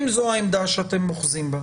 אם זאת העמדה שאת אוחזים בה,